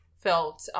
felt